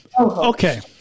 Okay